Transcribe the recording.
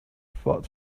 fought